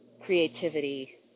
creativity